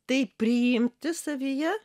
tai priimti savyje